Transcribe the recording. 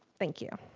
thank you.